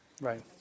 right